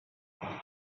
her